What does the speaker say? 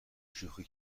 شوخی